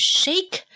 shake